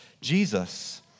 Jesus